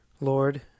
Lord